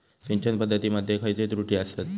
सिंचन पद्धती मध्ये खयचे त्रुटी आसत?